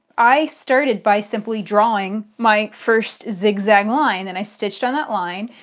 i started by simply drawing my first zigzag line and i stitched on that line.